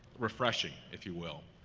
refreshing, if you will.